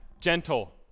gentle